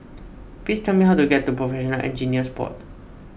please tell me how to get to Professional Engineers Board